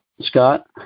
Scott